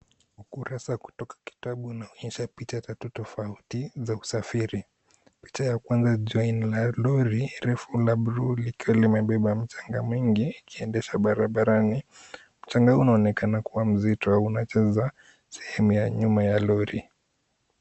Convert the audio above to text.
Ukurasa kutoka kitabu inaonyesha picha tatu tofauti za usafiri. Picha ya kwanza ni ya lori refu la buluu likiwa limebeba mchanga mingi ikiendeshwa barabarani. Mchanga huu unaonekana kuwa mzito. Unajaza sehemu ya nyuma ya lori.